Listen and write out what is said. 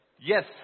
Yes